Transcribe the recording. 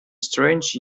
strange